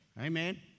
Amen